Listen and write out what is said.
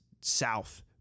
south